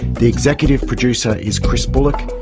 the executive producer is chris bullock,